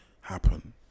happen